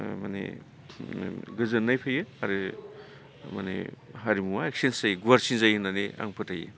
ओ माने गोजोननाय फैयो आरो मानि हारिमुवा एक्सचेन्स जायो गुवारसिन जायो होननानै आं फोथायो